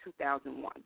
2001